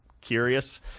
curious